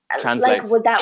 translate